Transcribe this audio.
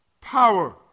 power